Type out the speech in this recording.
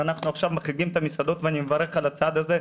אז אנחנו עכשיו מחריגים את המסעדות ואני מברך על הצעד הזה,